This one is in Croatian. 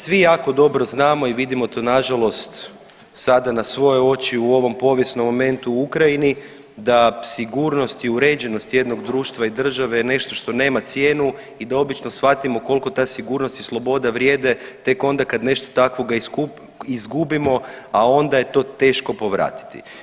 Svi jako dobro znamo i vidimo to nažalost sada na svoje oči u ovom povijesnom momentu u Ukrajini da sigurnost i uređenoj jednog društva i države je nešto što nema cijenu i da obično shvatimo koliko ta sigurnost i sloboda vrijede tek onda kad nešto takvoga izgubimo, a onda je to teško povratiti.